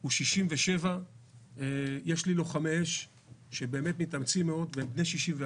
הוא 67. יש לי לוחמי אש שמתאמצים מאוד והם בני 64,